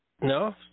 No